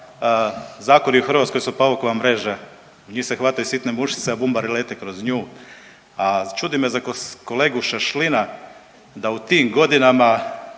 zakoni u Hrvatskoj su paukova mreža u njih se hvataju sitne mušice, a bumbari lete kroz nju. A čudi me za kolegu Šašlina da u tim godinama